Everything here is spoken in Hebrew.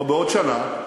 או בעוד שנה,